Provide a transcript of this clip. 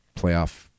playoff